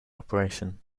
operation